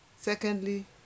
Secondly